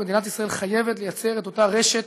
מדינת ישראל חייבת ליצור את אותה רשת